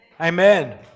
Amen